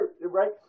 right